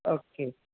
okay